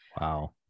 wow